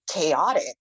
chaotic